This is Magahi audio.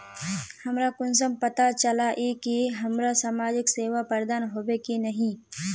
हमरा कुंसम पता चला इ की हमरा समाजिक सेवा प्रदान होबे की नहीं?